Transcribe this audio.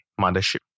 mothership